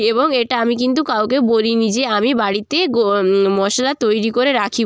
এবং এটা আমি কিন্তু কাউকে বলিনি যে আমি বাড়িতে গো মশলা তৈরি করে রাখি